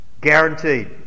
guaranteed